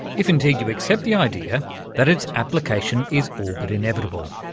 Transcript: if indeed you accept the idea that its application is all but inevitable.